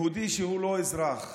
יהודי שהוא לא אזרח,